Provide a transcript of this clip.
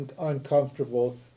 uncomfortable